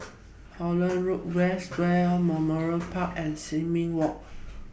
Holland Road West War Memorial Park and Sin Ming Walk